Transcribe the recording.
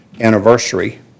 anniversary